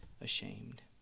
ashamed